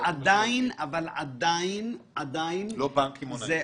לא בנק קמעונאי.